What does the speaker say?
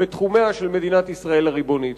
בתחומיה של מדינת ישראל הריבונית,